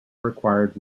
required